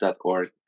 org